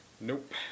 Nope